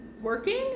working